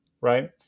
right